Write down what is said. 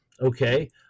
Okay